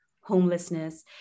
homelessness